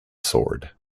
sword